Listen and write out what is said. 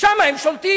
שם הם שולטים.